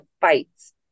fights